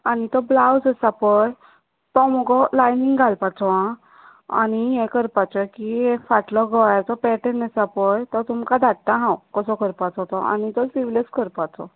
आनी तो ब्लाउज आसा पळय तो मुगो लायनींग घालपाचो आं आनी हें करपाचें की फाटलो गळ्योचो पॅटन आसा पळय तो तुमका धाडटा हांव कसो करपाचो तो आनी तो स्लिवलस करपाचो